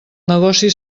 negoci